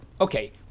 Okay